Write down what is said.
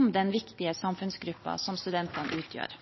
om den viktige